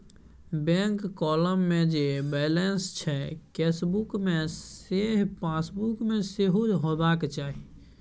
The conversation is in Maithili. बैंक काँलम मे जे बैलंंस छै केसबुक मे सैह पासबुक मे सेहो हेबाक चाही